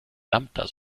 lambda